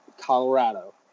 colorado